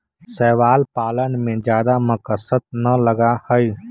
शैवाल पालन में जादा मशक्कत ना लगा हई